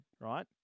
Right